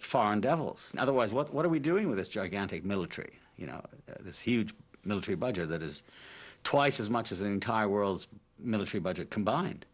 foreign devils otherwise what are we doing with this gigantic military you know this huge military budget that is twice as much as entire world's military budget combined